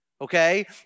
Okay